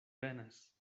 venas